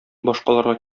башкаларга